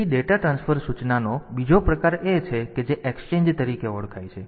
તેથી data transfer સૂચનાનો બીજો પ્રકાર એ છે કે જે એક્સચેન્જ તરીકે ઓળખાય છે